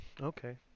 Okay